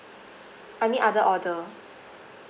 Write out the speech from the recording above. I mean other order